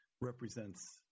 represents